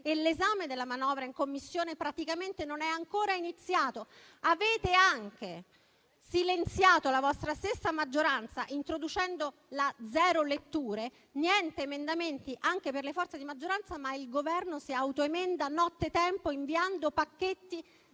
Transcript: e l'esame della manovra in Commissione praticamente non è ancora iniziato. Avete anche silenziato la vostra stessa maggioranza, introducendo la "zero letture", niente emendamenti anche per le forze di maggioranza, ma il Governo si auto-emenda nottetempo, inviando pacchetti